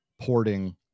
porting